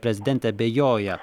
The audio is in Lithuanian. prezidentė abejoja